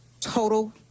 total